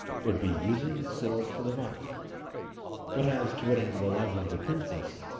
would be using the sword for the right but as to winning the love of the princess,